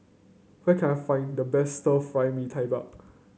where can I find the best Stir Fry Mee Tai Mak